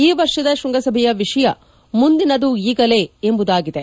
ಈ ವರ್ಷದ ಶ್ವಂಗಸಭೆಯ ವಿಷಯ ಮುಂದಿನದು ಈಗಲೇ ಎಂಬುದಾಗಿದೆ